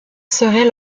serait